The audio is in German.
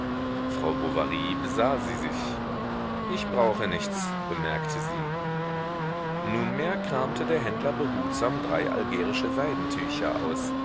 frau bovary besah sie sich ich brauche nichts bemerkte sie nunmehr kramte der händler behutsam drei algerische seidentücher aus